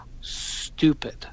stupid